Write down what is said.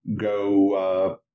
go